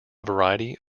variety